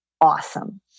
awesome